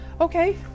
Okay